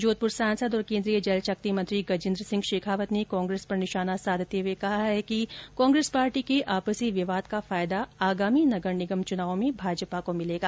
जोधपुर सांसद और केंद्रीय जलशक्ति मंत्री गजेंद्र सिंह शेखावत ने कांग्रेस पर निशाना साधते हुए कहा है कि कांग्रेस पार्टी के आपसी विवाद का फायदा आगामी नगर निगम चुनाव में भाजपा को मिलेगा